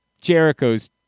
Jericho's